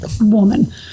woman